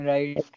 Right